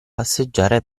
passeggiare